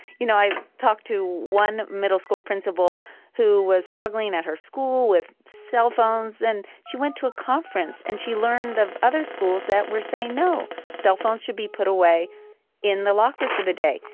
you know, i talked to one middle school principal who was struggling at her school with cellphones, and she went to a conference and she learned of other schools that were saying no, cellphones should be put away in the lockers for the day.